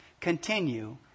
continue